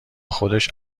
خودش